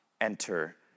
enter